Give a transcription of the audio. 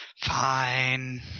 Fine